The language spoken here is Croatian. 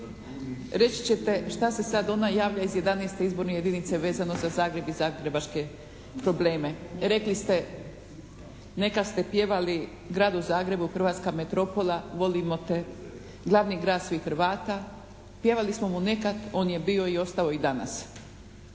reći ćete šta se sad ona javlja iz jedanaeste izborne jedinice vezano za Zagreb i zagrebačke probleme. Rekli ste neka ste pjevali gradu Zagrebu hrvatska metropola volimo te, glavni grad svih Hrvata. Pjevali smo mu nekad on je bio i ostao i danas.